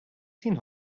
seen